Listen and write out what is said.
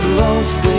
lost